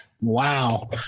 Wow